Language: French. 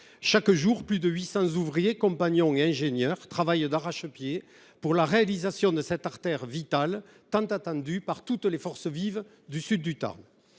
Chaque jour, plus de 800 ouvriers, compagnons et ingénieurs travaillent d’arrache pied pour la réalisation de cette artère vitale tant attendue par toutes les forces vives du sud du Tarn.